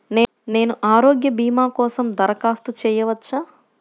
నేను ఆరోగ్య భీమా కోసం దరఖాస్తు చేయవచ్చా?